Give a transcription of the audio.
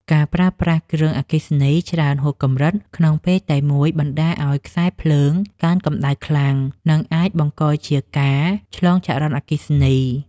ការប្រើប្រាស់គ្រឿងអគ្គិសនីច្រើនហួសកម្រិតក្នុងពេលតែមួយបណ្តាលឱ្យខ្សែភ្លើងកើនកម្តៅខ្លាំង និងអាចបង្កជាការឆ្លងចរន្តអគ្គិសនី។